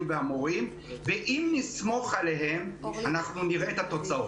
והמורים ואם נסמוך עליהם אנחנו נראה את התוצאות.